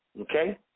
okay